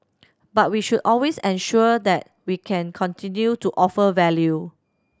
but we should always ensure that we can continue to offer value